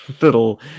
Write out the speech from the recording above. little